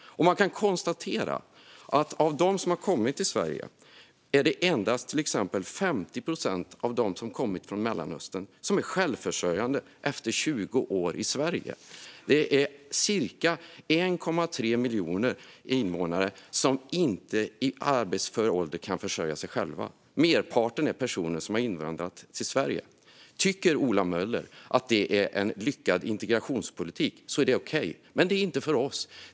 Av de som har kommit till Sverige är det dessutom endast 50 procent av de som har kommit från Mellanöstern som är självförsörjande efter 20 år i Sverige. Cirka 1,3 miljoner invånare i arbetsför ålder kan inte försörja sig själva. Merparten är personer som har invandrat till Sverige. Om Ola Möller tycker att det är lyckad integrationspolitik är det okej. Men det är det inte för oss.